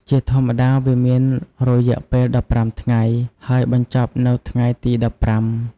ជាធម្មតា វាមានរយៈពេល ១៥ ថ្ងៃ ហើយបញ្ចប់នៅថ្ងៃទី ១៥។